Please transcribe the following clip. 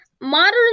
Modern